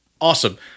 Awesome